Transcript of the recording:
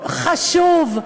חשוב,